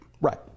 Right